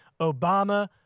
Obama